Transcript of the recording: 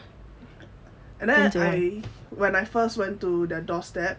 and then I when I first went to their doorstep